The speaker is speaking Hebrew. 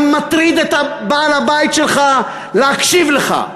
גם מטריד את בעל הבית שלך להקשיב לך.